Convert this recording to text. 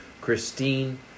Christine